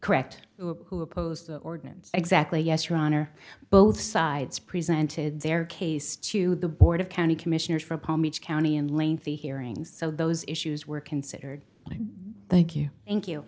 correct who opposed the ordinance exactly yes or on or both sides presented their case to the board of county commissioners from palm beach county and lengthy hearings so those issues were considered thank you thank you